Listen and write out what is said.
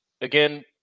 again